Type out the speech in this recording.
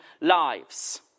lives